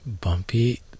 Bumpy